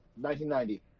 1990